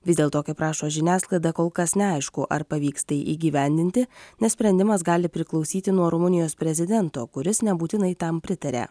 vis dėlto kaip rašo žiniasklaida kol kas neaišku ar pavyks tai įgyvendinti nes sprendimas gali priklausyti nuo rumunijos prezidento kuris nebūtinai tam pritaria